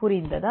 புரிந்ததா